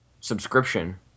subscription